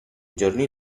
giorni